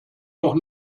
noch